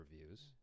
reviews